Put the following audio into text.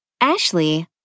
Ashley